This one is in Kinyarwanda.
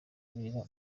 abira